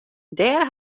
dêr